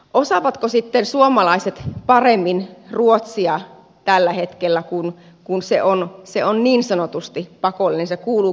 osaavatko sitten suomalaiset paremmin ruotsia tällä hetkellä kun se on niin sanotusti pakollinen se kuuluu kielivalikoimaan